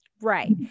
right